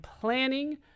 planning